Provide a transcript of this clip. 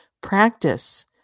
practice